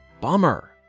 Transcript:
Bummer